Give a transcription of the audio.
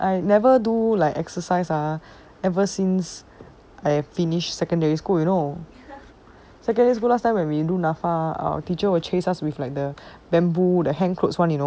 I never do like exercise ah ever since I finish secondary school you know secondary school last time when we do NAFA our teacher would chase us with like the bamboo the hang clothes [one] you know